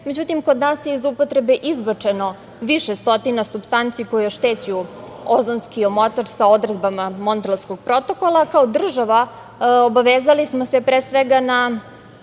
Međutim, kod nas je iz upotrebe izbačeno više stotina supstanci koje oštećuju ozonski omotač sa odredbama Montrealskog protokola. Kao država obavezali smo se, pre svega, na